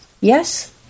yes